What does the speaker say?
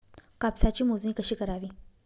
कापसाची मोजणी कशी करावी?